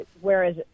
Whereas